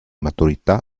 maturità